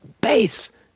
base